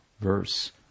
verse